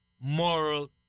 moral